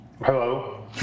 Hello